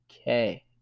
Okay